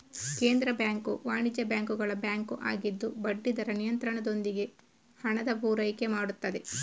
ಕೇಂದ್ರ ಬ್ಯಾಂಕು ವಾಣಿಜ್ಯ ಬ್ಯಾಂಕುಗಳ ಬ್ಯಾಂಕು ಆಗಿದ್ದು ಬಡ್ಡಿ ದರ ನಿಯಂತ್ರಣದೊಂದಿಗೆ ಹಣದ ಪೂರೈಕೆ ಮಾಡ್ತದೆ